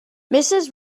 mrs